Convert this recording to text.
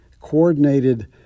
coordinated